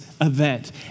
event